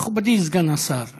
מכובדי סגן השר ליצמן.